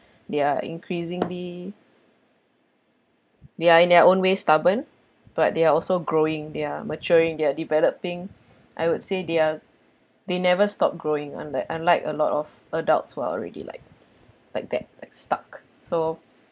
they're increasingly they're in their own way stubborn but they're also growing they're maturing they're developing I would say they're they never stopped growing unlike unlike a lot of adults who are already like like that like stuck so